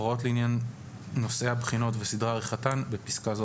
הוראות לעניין נושאי הבחינות וסדרי עריכתן (בפסקה זו,